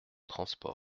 transports